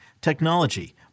technology